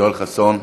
יואל חסון,